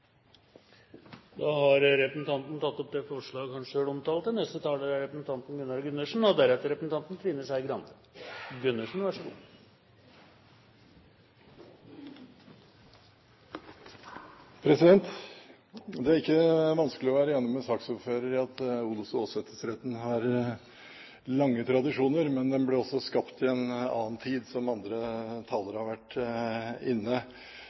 Da har representanten Anders Anundsen tatt opp det forslag han refererte til. Det er ikke vanskelig å være enig med saksordføreren i at odels- og åsetesretten har lange tradisjoner, men den ble altså skapt i en annen tid, som andre talere har vært inne